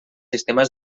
sistemes